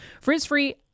Frizz-free